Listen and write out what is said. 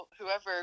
whoever